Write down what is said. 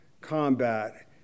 combat